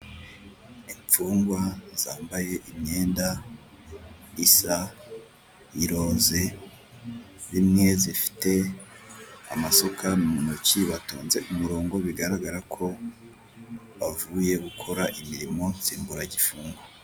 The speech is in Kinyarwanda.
Imfungwa zambaye imyenda isa y'iroze, zimwe zifite amasuka mu ntoki batonze umurongo, bigaragara ko bavuye gukora imirimo nsimbura gifungo.